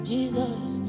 Jesus